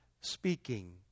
speaking